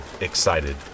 excited